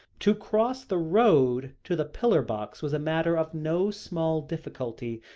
to cross the road to the pillar-box was a matter of no small difficulty,